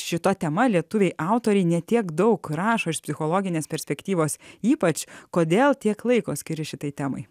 šita tema lietuviai autoriai ne tiek daug rašo iš psichologinės perspektyvos ypač kodėl tiek laiko skiri šitai temai